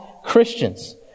Christians